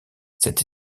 cette